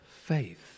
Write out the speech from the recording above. faith